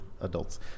adults